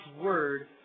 word